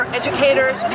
educators